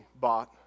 bought